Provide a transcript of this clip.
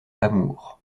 amour